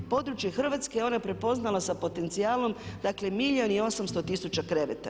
Područje Hrvatske je ona prepoznala sa potencijalom, dakle 1 milijun i 800 tisuća kreveta.